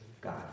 God